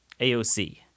AOC